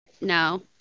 No